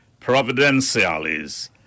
Providenciales